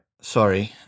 Sorry